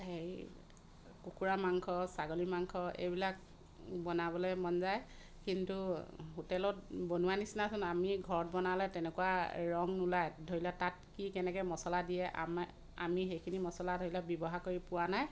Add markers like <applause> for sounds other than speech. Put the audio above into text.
<unintelligible> কুকুৰা মাংস ছাগলী মাংস এইবিলাক বনাবলৈ মন যায় কিন্তু হোটেলত বনোৱা নিচিনাচোন আমি ঘৰত বনালে তেনেকুৱা ৰং নোলায় ধৰি লোৱা তাত কি কেনেকৈ মছলা দিয়ে আমা আমি সেইখিনি মছলা ধৰি লওক ব্যৱহাৰ কৰি পোৱা নাই